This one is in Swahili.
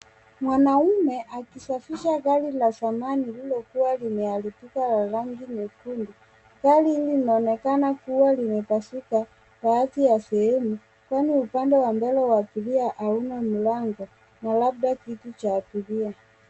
Mwanaume, akisafisha gari la zamani lililokuwa limeharibika la rangi nyekundu. Gari hili linaonekana kuwa limepasuka baadhi ya sehemu, kwani upande wa mbele wa abiria hauna mlango na labda kiti cha abiria.